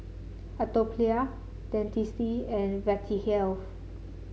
Atopiclair Dentiste and Vitahealth